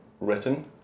written